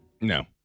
No